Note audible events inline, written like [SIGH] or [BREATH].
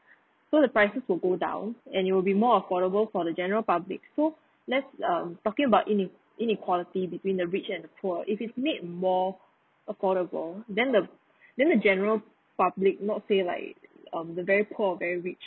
[BREATH] so the prices would go down and it will be more affordable for the general public so let's um talking about ine~ inequality between the rich and the poor if it's made more affordable then the [BREATH] then the general public not say like um the very poor or very rich